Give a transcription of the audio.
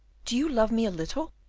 do you love me a little?